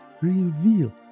reveal